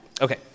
Okay